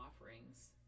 offerings